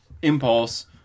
Impulse